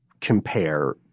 compare